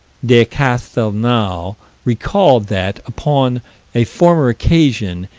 de castelnau recalled that, upon a former occasion,